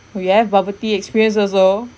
you have bubble tea experience also